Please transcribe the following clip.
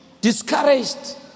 discouraged